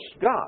God